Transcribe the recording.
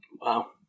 Wow